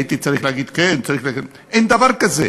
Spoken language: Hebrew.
הייתי צריך להגיד: כן, אין דבר כזה.